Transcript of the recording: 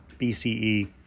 BCE